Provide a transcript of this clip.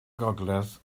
gogledd